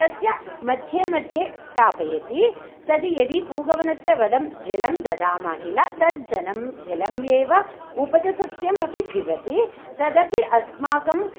तस्य मध्ये मध्ये स्थापयति तत् यदि पूगवनस्य वनं जलं ददामः किल तज्जलं जलम् एव उपसस्यम् अपि पिबति तदपि अस्माकं